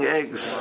eggs